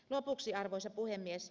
lopuksi arvoisa puhemies